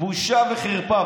בושה וחרפה.